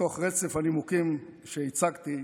מתוך רצף הנימוקים שהצגתי,